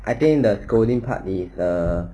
I think the scolding part is err